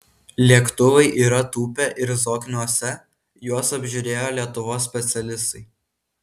lėktuvai yra tūpę ir zokniuose juos apžiūrėjo lietuvos specialistai